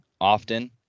often